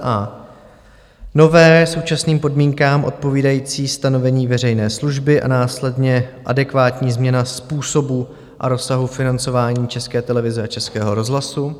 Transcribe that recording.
a) nové, současným podmínkám odpovídající stanovení veřejné služby a následně adekvátní změna způsobu a rozsahu financování České televize a Českého rozhlasu;